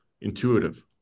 intuitive